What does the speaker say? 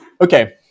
okay